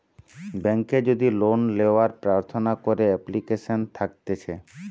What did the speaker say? বেংকে যদি লোন লেওয়ার প্রার্থনা করে এপ্লিকেশন থাকতিছে